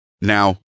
Now